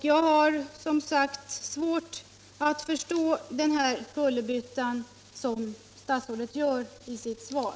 Jag har som sagt svårt att förstå den här kullerbyttan som statsrådet gör i sitt svar.